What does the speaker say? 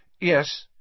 Yes